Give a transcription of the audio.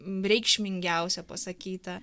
reikšmingiausia pasakyta